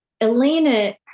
Elena